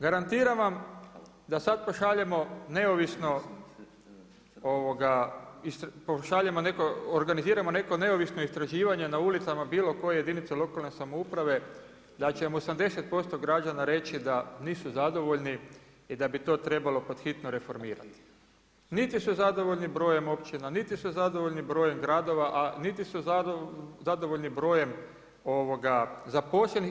Garantiram vam da sada pošaljemo neovisno organiziramo neko neovisno istraživanje na ulicama bilo koje jedinice lokalne samouprave da će vam 80% građana reći da nisu zadovoljni i da bi to trebalo pod hitno reformirati, niti su zadovoljni brojem općina, niti su zadovoljni brojem gradova, a niti su zadovoljni brojem zaposlenih.